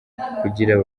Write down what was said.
kugira